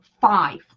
five